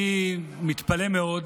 אני מתפלא מאוד